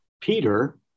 Peter